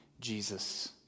Jesus